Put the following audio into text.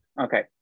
Okay